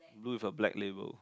blues or black label